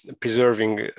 Preserving